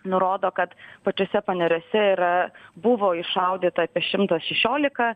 nurodo kad pačiuose paneriuose yra buvo iššaudyta apie šimtas šešiolika